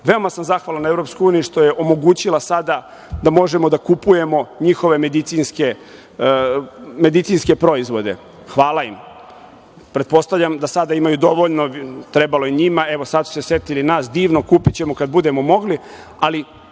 Veoma sam zahvalan EU što je omogućila sada da možemo da kupujemo njihove medicinske proizvode. Hvala im. Pretpostavljam da sada imaju dovoljno, trebalo je njima, evo sada su se setili nas, divno, kupićemo kada budemo mogli, ali